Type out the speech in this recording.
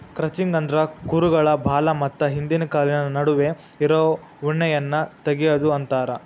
crutching ಅಂದ್ರ ಕುರುಗಳ ಬಾಲ ಮತ್ತ ಹಿಂದಿನ ಕಾಲಿನ ನಡುವೆ ಇರೋ ಉಣ್ಣೆಯನ್ನ ತಗಿಯೋದು ಅಂತಾರ